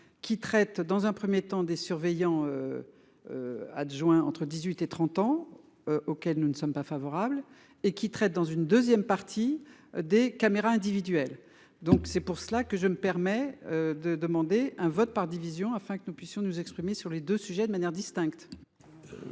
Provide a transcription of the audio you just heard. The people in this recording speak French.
qui traite dans un 1er temps, des surveillants. Adjoint entre 18 et 30 ans. Auxquels nous ne sommes pas favorables et qui traite dans une 2ème partie des caméras individuelles. Donc c'est pour cela que je me permets de demander un vote par division afin que nous puissions nous exprimer sur les deux sujets de manière distincte.